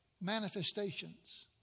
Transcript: manifestations